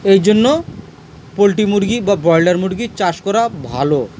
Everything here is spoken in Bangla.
এই জন্য পোলট্রি মুরগি বা ব্রয়লার মুরগি চাষ করা ভালো